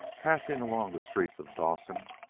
passing along the streets of dawson,